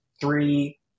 three